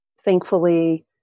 thankfully